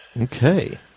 Okay